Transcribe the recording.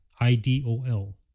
I-D-O-L